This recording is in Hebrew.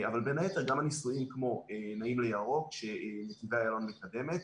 אבל בין היתר גם הניסויים כמו "נעים לירוק" שנתיבי איילון מקדמת.